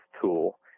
tool